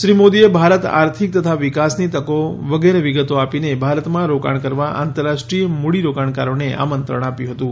શ્રી મોદીએ ભારત આર્થિક તથા વિકાસની તકો વગેરે વિગતો આપીને ભારતમાં રોકાણ કરવા આંતરરાષ્ટ્રીય મૂડી રોકાણકારોને આમંત્રણ આપ્યું હતું